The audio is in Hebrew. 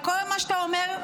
כל מה שאתה אומר,